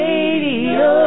Radio